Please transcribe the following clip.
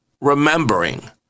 remembering